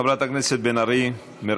חברת הכנסת מירב